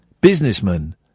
businessman